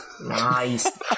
nice